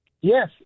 Yes